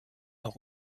noch